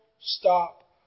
stop